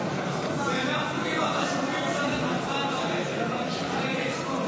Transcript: לחלופין פז לא נתקבלה.